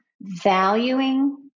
valuing